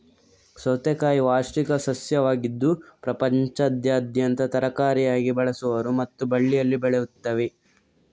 ಸೌತೆಕಾಯಿ ವಾರ್ಷಿಕ ಸಸ್ಯವಾಗಿದ್ದು ಪ್ರಪಂಚದಾದ್ಯಂತ ತರಕಾರಿಯಾಗಿ ಬಳಸುವರು ಮತ್ತು ಬಳ್ಳಿಯಲ್ಲಿ ಬೆಳೆಯುತ್ತವೆ